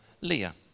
Leah